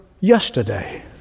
yesterday